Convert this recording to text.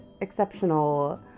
exceptional